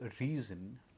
reason